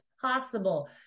possible